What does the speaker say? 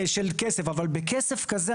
בכסף כזה,